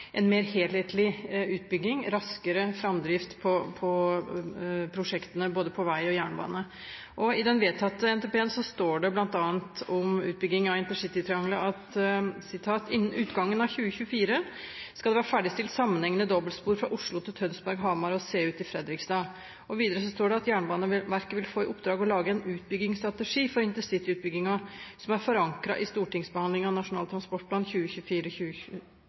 en mer helhetlig utbygging og en raskere framdrift i både veiprosjektene og jernbaneprosjektene. I den vedtatte NTP-en står det bl.a. om utbygging av intercitytriangelet at innen utgangen av 2024 skal et sammenhengende dobbeltspor fra Oslo til Tønsberg, Hamar og Seut/Fredrikstad være ferdigstilt. Videre står det at Jernbaneverket vil få i oppdrag å lage en utbyggingsstrategi for intercityutbyggingen som er forankret i stortingsbehandlingen av Nasjonal transportplan